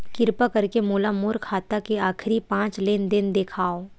किरपा करके मोला मोर खाता के आखिरी पांच लेन देन देखाव